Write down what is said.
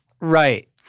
right